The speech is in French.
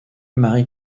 mary